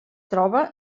troba